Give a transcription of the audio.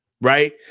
right